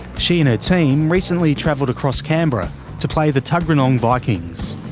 she and her team recently travelled across canberra to play the tuggeranong vikings.